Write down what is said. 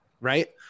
right